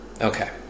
Okay